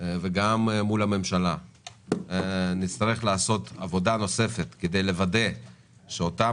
וגם מול הממשלה נצטרך לעשות עבודה נוספת כדי לוודא שאותם